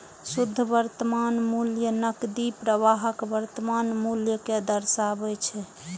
शुद्ध वर्तमान मूल्य नकदी प्रवाहक वर्तमान मूल्य कें दर्शाबै छै